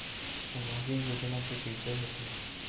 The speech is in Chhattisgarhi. सामाजिक योजना के कइसे होथे?